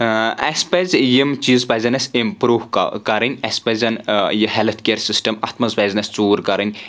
اَسہِ پَزِ یِم چیٖز پَزن اسہِ اِمپروٗ کَرٕنۍ اَسہِ پَزن یہِ ہِیٚلٕتھ کِیَر سِسٹَم اَتھ منٛز پَزِ نہٕ اَسہِ ژوٗر کَرٕنۍ